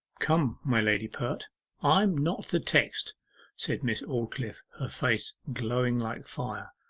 come, my lady pert i'm not the text said miss aldclyffe, her face glowing like fire.